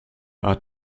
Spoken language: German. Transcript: art